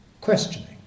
questioning